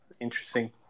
interesting